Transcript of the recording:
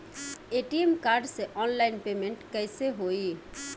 ATM card से online payment कैसे होई?